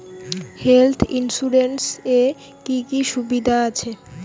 Health insurance এ কি কি সুবিধা আছে?